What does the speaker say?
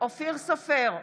אופיר סופר,